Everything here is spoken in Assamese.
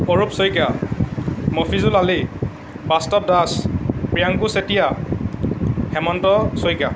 অৰূপ শইকীয়া মফিজুল আলি বাস্তৱ দাস প্ৰিয়াংকু চেতিয়া হেমন্ত শইকীয়া